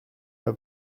pas